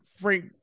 Frank